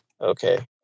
Okay